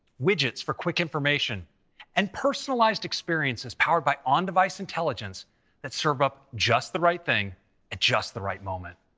widgets for quick information and personalized experiences powered by on-device intelligence that serve up just the right thing at just the right moment.